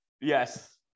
Yes